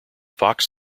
fox